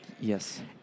Yes